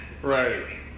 Right